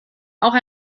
auch